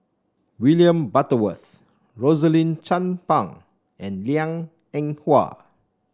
William Butterworth Rosaline Chan Pang and Liang Eng Hwa